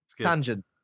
Tangent